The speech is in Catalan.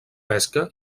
pesca